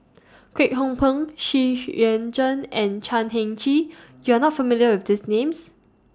Kwek Hong Png Xu Yuan Zhen and Chan Heng Chee YOU Are not familiar with These Names